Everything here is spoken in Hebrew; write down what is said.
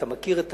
אתה מכיר את